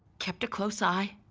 kept a close eye.